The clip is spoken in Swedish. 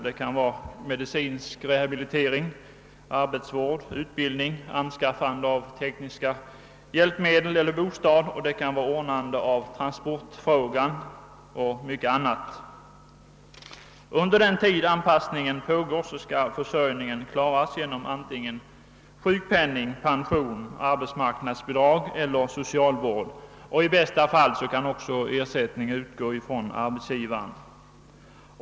Det kan vara fråga om medicinsk rehabilitering, arbetsvård, utbildning, anskaffande av tekniska hjälpmedel eller bostad och det kan vara ordnande av transportfrågan och mycket annat. Under den tid anpassningen pågår skall försörjningen klaras genom antingen sjukpenning, pension, arbetsmarknadsbidrag eller socialvård, och i bästa fall kan även ersättning utgå från arbetsgivaren.